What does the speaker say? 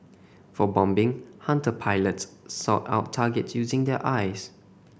for bombing Hunter pilots sought out targets using their eyes